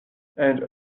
and